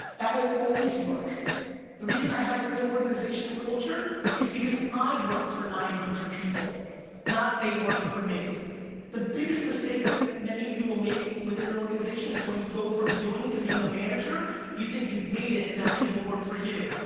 that will always work the reason i have a good organization and culture is the i work for nine hundred people not they work for me the biggest mistake that many of you will make within an organization is when you go from doing to being a manager you think you've made it and now people work for you.